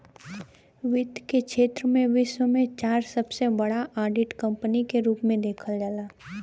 वित्त के क्षेत्र में विश्व में चार सबसे बड़ा ऑडिट कंपनी के रूप में देखल जाला